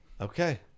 Okay